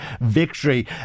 victory